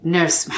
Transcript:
Nurse